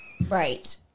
Right